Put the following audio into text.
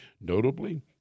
Notably